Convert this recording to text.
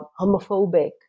homophobic